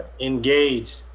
engage